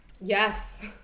Yes